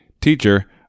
Teacher